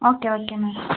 okay okay ma'am